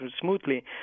smoothly